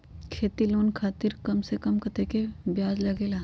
खेती लोन खातीर कम से कम कतेक ब्याज लगेला?